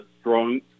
strong